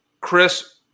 Chris